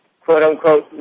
quote-unquote